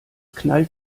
knallt